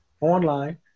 online